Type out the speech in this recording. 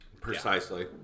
Precisely